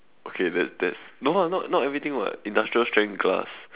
okay that that no ah not not everything [what] industrial strength glass